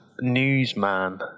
newsman